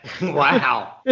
wow